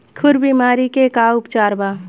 खुर बीमारी के का उपचार बा?